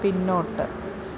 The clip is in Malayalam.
പിന്നോട്ട്